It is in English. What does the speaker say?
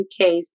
UKs